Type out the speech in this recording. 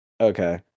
Okay